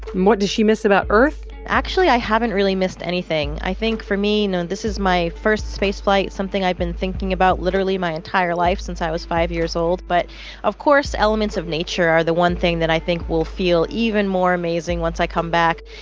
what does she miss about earth? actually, i haven't really missed anything. i think for me, you know, this is my first spaceflight, something i've been thinking about literally my entire life since i was five years old. but of course, elements of nature are the one thing that i think will feel even more amazing once i come back.